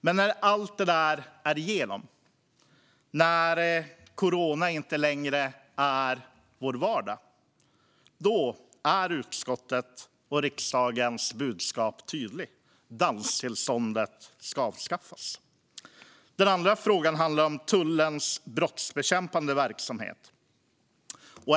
Men när vi har tagit oss igenom allt detta och corona inte längre är vår vardag är utskottets och riksdagens budskap tydligt: Danstillståndet ska avskaffas. Den andra frågan handlar om tullens brottsbekämpande verksamhet.